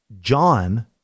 John